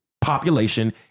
population